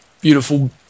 beautiful